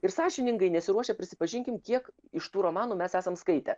ir sąžiningai nesiruošia prisipažinkim kiek iš tų romanų mes esam skaitę